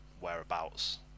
whereabouts